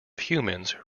humans